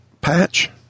patch